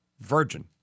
Virgin